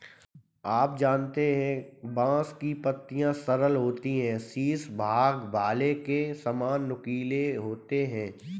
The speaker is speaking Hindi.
आप जानते है बांस की पत्तियां सरल होती है शीर्ष भाग भाले के सामान नुकीले होते है